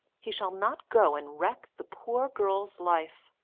he shall not go and wreck the poor girl's life.